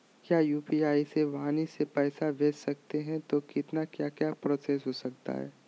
क्या यू.पी.आई से वाणी से पैसा भेज सकते हैं तो कितना क्या क्या प्रोसेस हो सकता है?